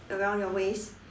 around your waist